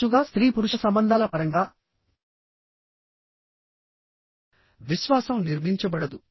తరచుగా స్త్రీ పురుష సంబంధాల పరంగా విశ్వాసం నిర్మించబడదు